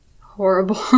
horrible